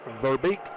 Verbeek